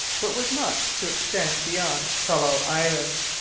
but was not to extend beyond tsalal island.